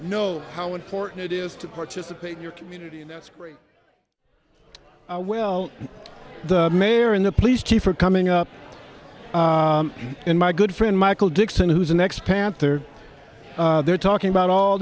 know how important it is to participate in your community and that's great well the mayor and the police chief are coming up in my good friend michael dixon who's the next panther there talking about all